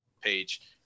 Page